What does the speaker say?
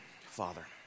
Father